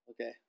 Okay